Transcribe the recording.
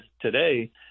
today